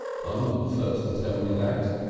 i'm not the first to tell you that.